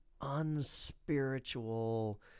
unspiritual